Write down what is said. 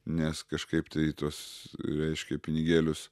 nes kažkaip tai tuos reiškia pinigėlius